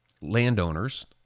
landowners